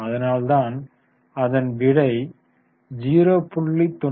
அதனால்தான் அதன் விடை 0